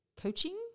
coaching